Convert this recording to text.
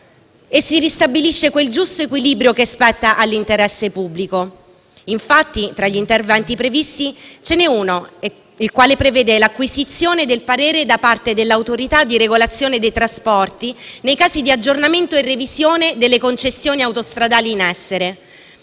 e si ristabilisce quel giusto equilibrio che spetta all’interesse pubblico. Infatti, tra gli interventi previsti ce n’è uno che prevede l’acquisizione del parere da parte dell’Autorità di regolazione dei trasporti nei casi di aggiornamento e revisione delle concessioni autostradali in essere,